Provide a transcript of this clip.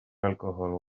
alcohol